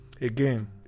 Again